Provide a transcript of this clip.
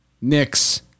Knicks